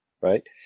right